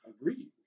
Agreed